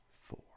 four